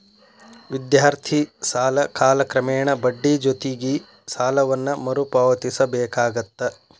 ವಿದ್ಯಾರ್ಥಿ ಸಾಲ ಕಾಲಕ್ರಮೇಣ ಬಡ್ಡಿ ಜೊತಿಗಿ ಸಾಲವನ್ನ ಮರುಪಾವತಿಸಬೇಕಾಗತ್ತ